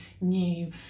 new